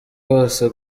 bose